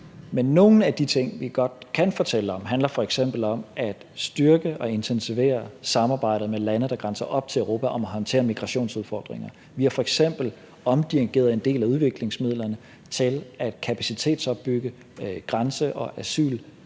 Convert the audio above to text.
Men nogle af de ting, vi godt kan fortælle om, handler f.eks. om at styrke og intensivere samarbejdet med lande, der grænser op til Europa, i forhold til at håndtere migrationsudfordringer. Vi har f.eks. omdirigeret en del af udviklingsmidlerne til at kapacitetsopbygge grænse- og asylmyndigheder